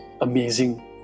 amazing